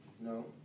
No